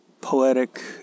poetic